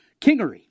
Kingery